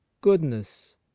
goodness